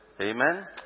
Amen